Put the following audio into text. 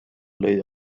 lõi